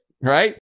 right